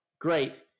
Great